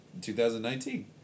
2019